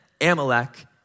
Amalek